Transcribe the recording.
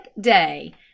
day